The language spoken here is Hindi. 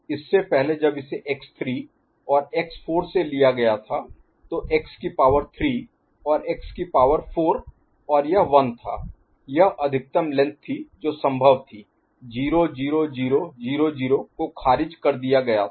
इससे पहले जब इसे x3 और x4 से लिया गया था तो x की पावर 3 और x की पावर 4 और यह 1 था यह अधिकतम लेंथ थी जो 15 संभव थी 0 0 0 0 0 को खारिज कर दिया गया था